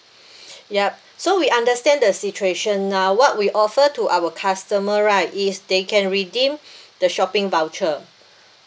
yup so we understand the situation now what we offer to our customer right is they can redeem the shopping voucher